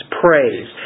praise